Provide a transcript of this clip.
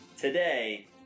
today